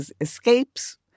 escapes